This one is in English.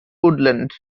woodland